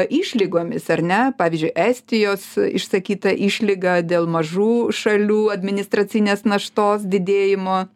išlygomis ar ne pavyzdžiui estijos išsakyta išlyga dėl mažų šalių administracinės naštos didėjimo